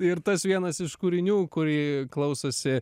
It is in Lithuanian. ir tas vienas iš kūrinių kurį klausosi